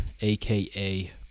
aka